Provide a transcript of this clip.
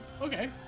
Okay